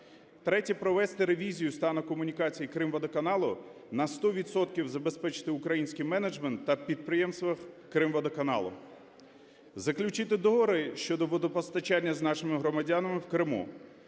третє – провести ревізію стану комунікацій "Кримводоканалу"; на 100 відсотків забезпечити український менеджмент та підприємства "Кримводоканалу"; заключити договори щодо водопостачання нашим громадянам в Криму;